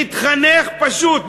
להתחנך פשוט,